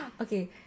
Okay